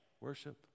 Worship